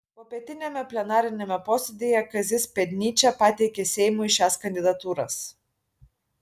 popietiniame plenariniame posėdyje kazys pėdnyčia pateikė seimui šias kandidatūras